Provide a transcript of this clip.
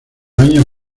año